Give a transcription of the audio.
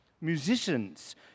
Musicians